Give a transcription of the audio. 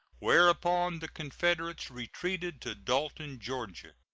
whereupon the confederates retreated to dalton, ga.